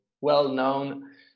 well-known